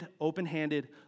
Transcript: open-handed